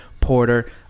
porter